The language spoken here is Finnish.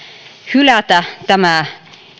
hylätä tämä